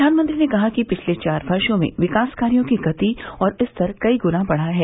प्रधानमंत्री ने कहा कि पिछले चार वर्षों में विकास कायों की गति और स्तर कई गुना बढ़ा है